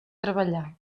treballar